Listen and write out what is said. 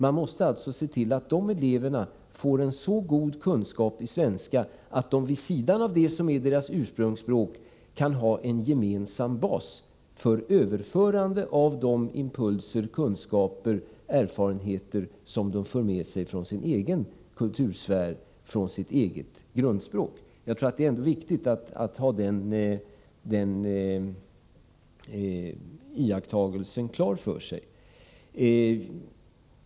Man måste alltså se till att de eleverna får en så god kunskap i svenska att de vid sidan av sitt ursprungsspråk kan ha en gemensam bas för överföring av de impulser, kunskaper och erfarenheter som de för med sig från sin egen kultursfär, från sitt eget grundspråk. Det är viktigt att göra detta klart för sig.